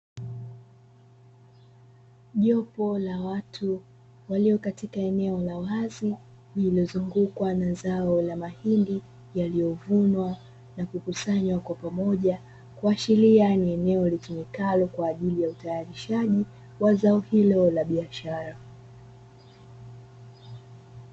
Jopo la watu walio katika eneo la wazi lilliozungukwa na zao la mahindi yaliyovunwa na kukusanywa kwa pamoja, kuashiria ni eneo litumikalo kwa ajili ya utayarishaji wa zao hilo la biashara.